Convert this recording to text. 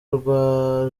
rwa